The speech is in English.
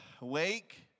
Awake